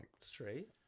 straight